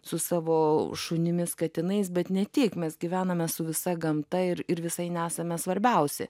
su savo šunimis katinais bet ne tik mes gyvename su visa gamta ir ir visai nesame svarbiausi